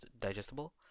digestible